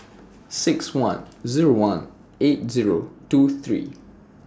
six one Zero one eight Zero two three